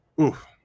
oof